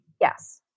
yes